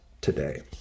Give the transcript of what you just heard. today